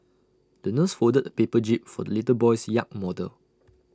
the nurse folded A paper jib for the little boy's yacht model